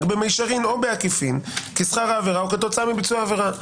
במישרין או בעקיפין כשכר העבירה או כתוצאה מביצוע העבירה.